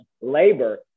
labor